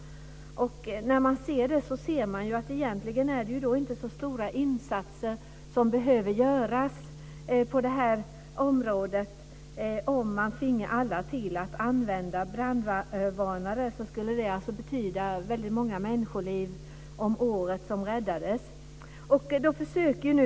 Det behöver inte göras så stora insatser på detta område. Om man finge alla till att använda brandvarnare skulle det betyda att många människoliv räddades varje år.